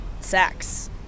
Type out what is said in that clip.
Sex